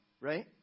right